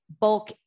bulk